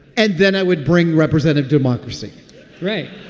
and then i would bring representative democracy right,